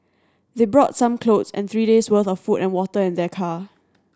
they brought some clothes and three days' worth of food and water in their car